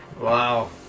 Wow